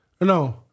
No